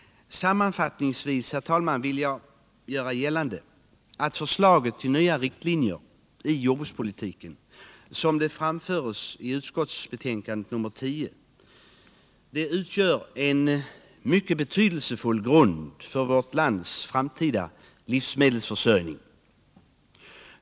Sammanfattningsvis vill jag göra gällande att förslaget till nya riktlinjer för jordbrukspolitiken som det framförs i utskottsbetänkandet nr 10 utgör en mycket betydelsefull grund för vårt lands framtida livsmedelsförsörjning.